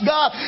God